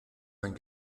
mein